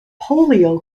polio